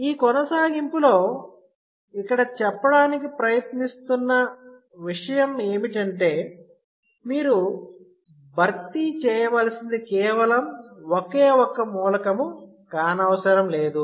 ఈ కొనసాగింపు లో ఇక్కడ చెప్పడానికి ప్రయత్నిస్తున్న విషయం ఏమిటంటే మీరు భర్తీ చేయవలసింది కేవలం ఒకే ఒక్క మూలకము కానవసరం లేదు